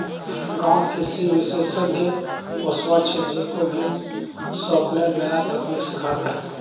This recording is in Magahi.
गांउत कृषि विशेषज्ञ वस्वार छ, जेको बीज रोपनेर नया तकनीक सिखाबे